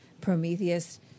Prometheus